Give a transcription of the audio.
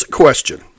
question